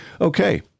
okay